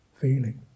feeling